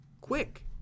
quick